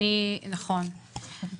אני לא רוצה להגיד מילים קשות,